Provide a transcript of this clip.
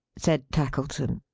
said tackleton.